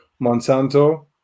Monsanto